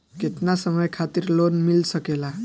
केतना समय खातिर लोन मिल सकेला?